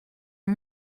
del